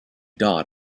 dot